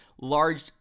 large